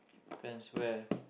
depends where